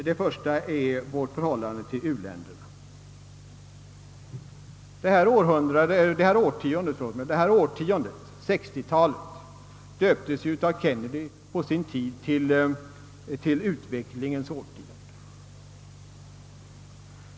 Det första området är vårt förhållande till u-länderna. Detta årtionde, 1960 talet, döptes av president Kennedy på sin tid till utvecklingens årtionde.